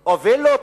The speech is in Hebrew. או וילות,